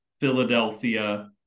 Philadelphia